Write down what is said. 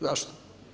Zašto?